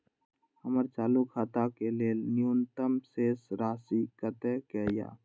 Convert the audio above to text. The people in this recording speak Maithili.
हमर चालू खाता के लेल न्यूनतम शेष राशि कतेक या?